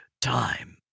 time